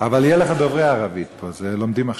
אבל יהיו לך דוברי ערבית פה, לומדים עכשיו.